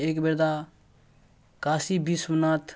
एकबेर काशी विश्वनाथ